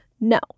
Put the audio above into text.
No